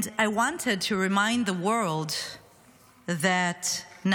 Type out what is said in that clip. And I wanted to remind the world that Naama,